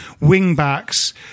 wing-backs